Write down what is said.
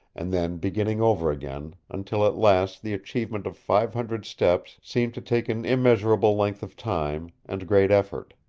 and then beginning over again until at last the achievement of five hundred steps seemed to take an immeasurable length of time and great effort.